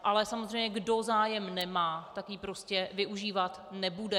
Ale samozřejmě kdo zájem nemá, tak ji prostě užívat nebude.